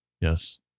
Yes